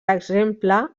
exemple